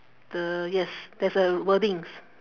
the yes there's a wordings